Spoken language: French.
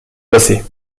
passez